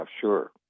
sure